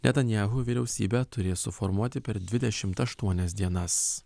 netanyahu vyriausybę turės suformuoti per dvidešimt ašutonias dienas